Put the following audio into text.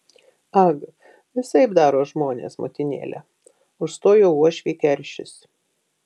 ag visaip daro žmonės motinėle užstojo uošvį keršis